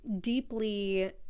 deeply